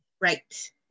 Right